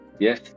Yes